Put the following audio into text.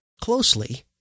closely